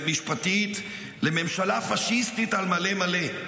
משפטית לממשלה פשיסטית על מלא מלא,